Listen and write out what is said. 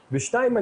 ושניים,